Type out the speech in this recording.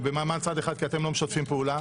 זה במעמד צד אחד כי אתם לא משתפים פעולה.